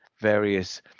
various